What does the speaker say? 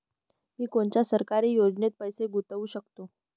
मी कोनच्या सरकारी योजनेत पैसा गुतवू शकतो?